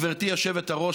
גברתי היושבת-ראש,